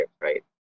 right